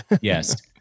Yes